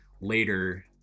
later